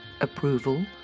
approval